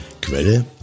Quelle